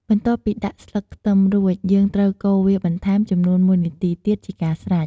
បន្ទាប់ពីដាក់់ស្លឹកខ្ទឹមរួច យើងត្រូវកូរវាបន្ថែមចំនួន១នាទីទៀតជាការស្រេច។